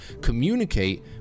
communicate